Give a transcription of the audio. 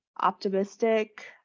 optimistic